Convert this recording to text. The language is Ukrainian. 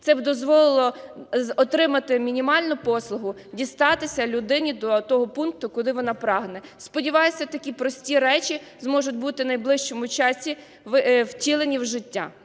це б дозволило отримати мінімальну послугу – дістатися людині до того пункту, куди вона прагне. Сподіваюсь, такі прості речі зможуть бути у найближчому часі втілені в життя.